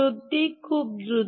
সত্যিই খুব দ্রুত